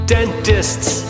Dentists